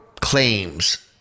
claims